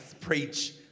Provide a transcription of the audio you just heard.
preach